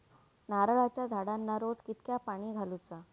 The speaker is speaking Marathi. नारळाचा झाडांना रोज कितक्या पाणी घालुचा?